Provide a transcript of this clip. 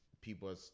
people